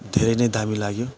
धेरै नै दामी लाग्यो